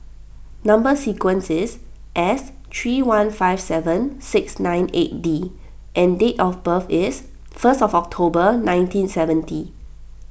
Number Sequence is S three one five seven six nine eight D and date of birth is first of October nineteen seventy